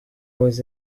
was